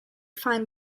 find